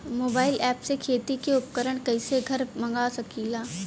Mobile ऐपसे खेती के उपकरण कइसे घर मगा सकीला?